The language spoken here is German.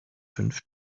fünf